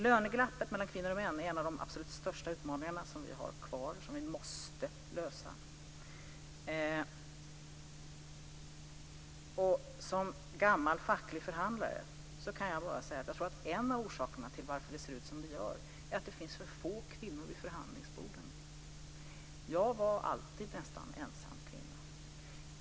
Löneglappet mellan kvinnor och män är en av de absolut största utmaningar som vi har kvar och som vi måste lösa. Som gammal facklig förhandlare kan jag bara säga att jag tror att en av orsakerna till att det ser ut som det gör är att det finns för få kvinnor vid förhandlingsborden. Jag var nästan alltid ensam kvinna.